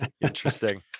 Interesting